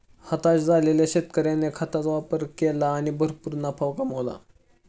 हताश झालेल्या शेतकऱ्याने खताचा वापर केला आणि भरपूर नफा कमावला